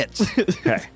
Okay